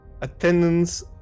attendance